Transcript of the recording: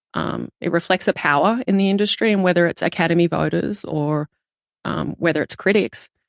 um it reflects a power in the industry. and whether it's academy voters or um whether it's critics,